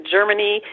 Germany